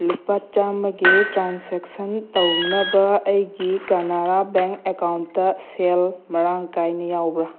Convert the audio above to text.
ꯂꯨꯄꯥ ꯆꯥꯝꯃꯒꯤ ꯇ꯭ꯔꯥꯟꯁꯦꯛꯁꯟ ꯇꯧꯅꯕ ꯑꯩꯒꯤ ꯀꯅꯥꯔꯥ ꯕꯦꯡ ꯑꯦꯀꯥꯎꯟꯇ ꯁꯦꯜ ꯃꯔꯥꯡ ꯀꯥꯏꯅ ꯌꯥꯎꯕ꯭ꯔꯥ